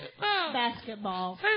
basketball